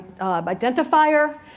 Identifier